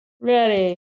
ready